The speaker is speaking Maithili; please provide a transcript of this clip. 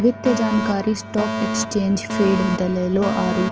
वित्तीय जानकारी स्टॉक एक्सचेंज फीड, दलालो आरु